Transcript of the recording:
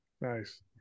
Nice